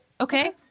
Okay